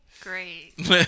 Great